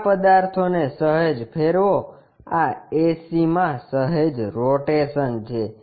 આ પદાર્થોને સહેજ ફેરવો આ ac માં સહેજ રોટેશન છે